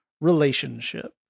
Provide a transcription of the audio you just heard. relationship